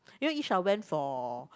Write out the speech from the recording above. you know Yisha went for